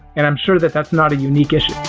and i'm sure that that's not a unique issue.